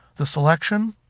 the selection.